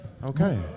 Okay